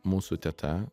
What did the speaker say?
mūsų teta